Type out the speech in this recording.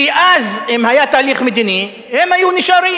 כי אז, אם היה תהליך מדיני, הם היו נשארים,